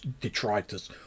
detritus